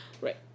Right